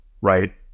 right